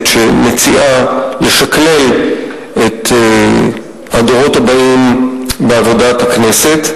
שמציעה לשקלל את הדורות הבאים בעבודת הכנסת,